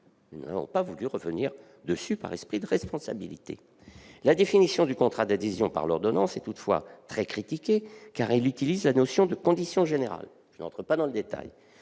nous n'avons pas voulu revenir dessus, par esprit de responsabilité. La définition du contrat d'adhésion par l'ordonnance est toutefois très critiquée, car elle utilise la notion de « conditions générales ». Je n'entre pas dans le détail,